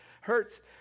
Hurts